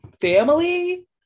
family